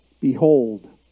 Behold